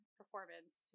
performance